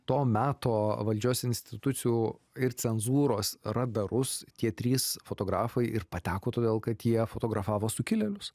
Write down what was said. to meto valdžios institucijų ir cenzūros radarus tie trys fotografai ir pateko todėl kad jie fotografavo sukilėlius